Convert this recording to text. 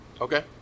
Okay